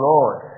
Lord